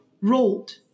rolled